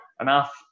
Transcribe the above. enough